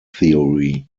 theory